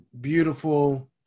beautiful